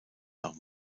nach